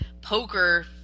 poker